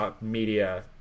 media